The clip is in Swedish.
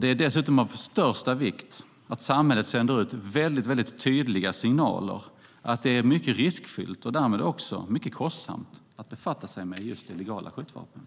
Det är dessutom av största vikt att samhället sänder ut tydliga signaler att det är mycket riskfyllt och därmed också mycket kostsamt att befatta sig med illegala skjutvapen.